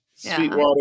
Sweetwater